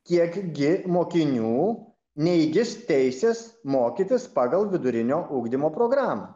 kiek gi mokinių neįgis teisės mokytis pagal vidurinio ugdymo programą